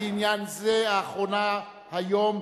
בעניין זה האחרונה היום,